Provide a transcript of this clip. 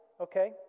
Okay